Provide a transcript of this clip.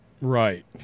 Right